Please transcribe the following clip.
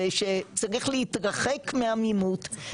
זה שצריך להתרחק מעמימות,